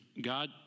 God